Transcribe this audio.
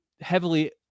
heavily